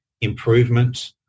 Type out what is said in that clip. improvement